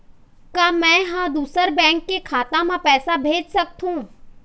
का मैं ह दूसर बैंक के खाता म पैसा भेज सकथों?